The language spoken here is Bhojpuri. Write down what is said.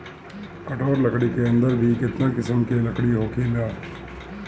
कठोर लकड़ी के अंदर भी केतना किसिम के लकड़ी होखेला